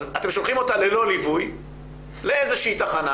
אז אתם שולחים אותה ללא ליווי לאיזו תחנה,